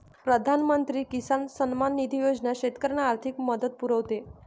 प्रधानमंत्री किसान सन्मान निधी योजना शेतकऱ्यांना आर्थिक मदत पुरवते